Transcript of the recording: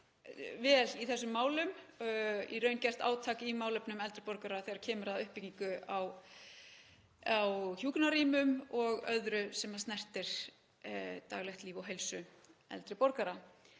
vel í þessum málum, í raun gert átak í málefnum eldri borgara þegar kemur að uppbyggingu á hjúkrunarrýmum og öðru sem snertir daglegt líf og heilsu eldri borgara.